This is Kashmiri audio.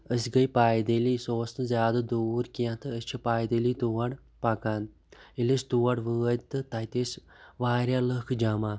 أسۍ گٔیہِ پٲدٕلی سُہ اوس نہٕ زیادٕ دوٗر کیٚنٛہہ تہٕ اَسہِ چھِ پٲدلٕے تور پَکان ییٚلہِ أسۍ تور وٲتۍ تہٕ تَتہِ ٲسۍ واریاہ لوٗکھ جَمَح